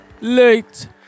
Late